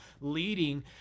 leading